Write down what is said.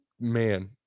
man